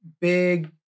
big